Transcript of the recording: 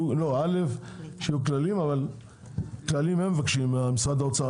א' שיהיו כללים אבל כללים לא מבקשים משרד האוצר,